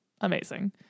amazing